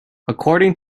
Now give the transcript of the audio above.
according